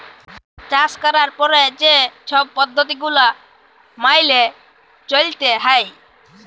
চাষ ক্যরার পরে যে ছব পদ্ধতি গুলা ম্যাইলে চ্যইলতে হ্যয়